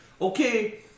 okay